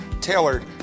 tailored